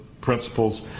principles